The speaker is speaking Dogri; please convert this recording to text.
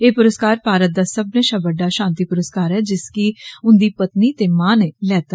एह पुरस्कार भारत दा सब्बनें षा बड्डा षांति पुरस्कार ऐ जिसदी उन्दी पत्नि ते मां ने लेता